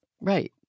Right